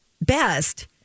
best